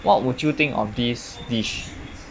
what would you think of this dish